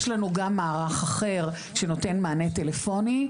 יש לנו גם מערך אחר שנותן מענה טלפוני,